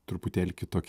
truputėlį kitokia